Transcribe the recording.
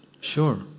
Sure